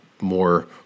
more